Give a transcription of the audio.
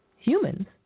humans